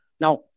Now